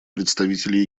представитель